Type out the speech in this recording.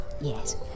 yes